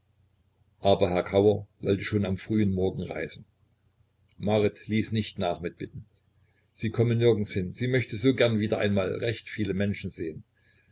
aber kauer wollte schon am frühen morgen reisen marit ließ nicht nach mit bitten sie komme nirgends hin sie möchte so gerne wieder einmal recht viele menschen sehen